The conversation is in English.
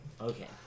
Okay